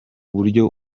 buryo